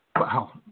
Wow